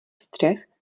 střech